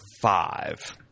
five